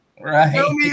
Right